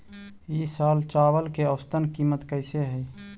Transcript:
ई साल चावल के औसतन कीमत कैसे हई?